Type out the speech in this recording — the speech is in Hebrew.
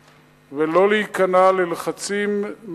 ולא להיכנע ללחצים מבחוץ.